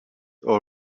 all